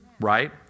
right